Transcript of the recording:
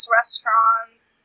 restaurants